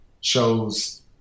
shows